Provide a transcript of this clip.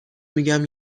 میگم